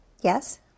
Yes